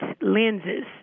lenses